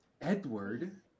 Edward